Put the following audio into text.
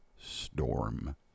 storm